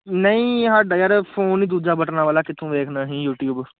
ਨਹੀਂ ਸਾਡਾ ਯਾਰ ਫੋਨ ਹੀ ਦੂਜਾ ਬਟਨਾਂ ਵਾਲਾ ਕਿੱਥੋਂ ਵੇਖਣਾ ਅਸੀਂ ਯੂਟਿਊਬ